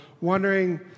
wondering